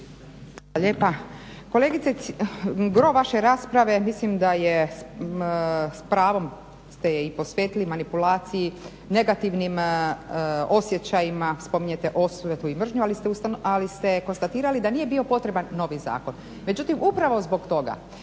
lijepa. Kolegice, gro vaše rasprave mislim da je s pravom ste je i posvetili manipulaciji negativnim osjećajima, spominjete osvetu i mržnju ali ste konstatirali da nije bio potreban novi zakon. Međutim upravo zbog toga